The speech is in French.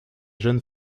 jeune